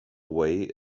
way